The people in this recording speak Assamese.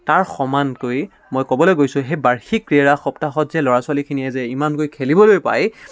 তাৰ সমানকৈ মই ক'বলৈ গৈছোঁ সেই বাৰ্ষিক ক্ৰীড়া সপ্তাহত যে ল'ৰা ছোৱালীখিনিয়ে যে ইমানকৈ খেলিবলৈ পায়